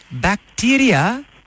Bacteria